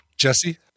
Jesse